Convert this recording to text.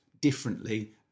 differently